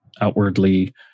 outwardly